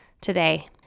today